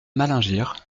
malingear